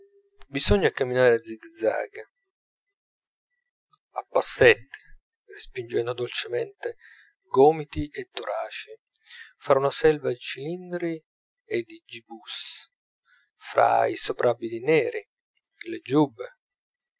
bisogna camminare a zig-zag a passetti respingendo dolcemente gomiti e toraci fra una selva di cilindri e di gibus fra i soprabiti neri le